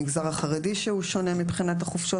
המגזר החרדי ששונה מבחינת החופשות.